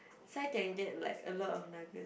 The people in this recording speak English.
so I can get like a lot of nugget